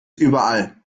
überall